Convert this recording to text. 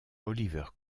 oliver